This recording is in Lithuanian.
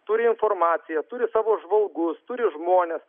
turi informaciją turi savo žvalgus turi žmones